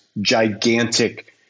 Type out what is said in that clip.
gigantic